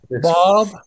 Bob